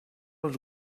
els